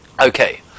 Okay